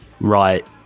Right